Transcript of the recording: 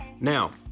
Now